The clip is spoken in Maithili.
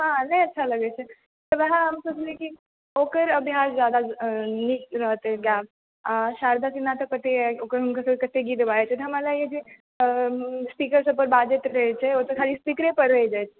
हँ नहि अच्छा लगैत छै ओएह हम सोचलियै कि ओकर अभ्यास जादा नीक रहतै आ शारदा सिन्हाके तऽ पता अछि हुनकर सभकेँ कतेक गीत बाजैत छनि हमरा लागैया जे स्पीकर सभ पर बाजैत रहैत छै ओतऽ खाली स्पीकरे पर रहि जाइत छै